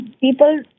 people